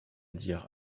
dire